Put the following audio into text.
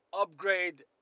Upgrade